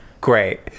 great